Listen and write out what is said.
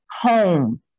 home